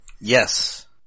Yes